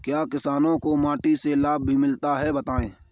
क्या किसानों को कीटों से लाभ भी मिलता है बताएँ?